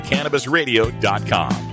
CannabisRadio.com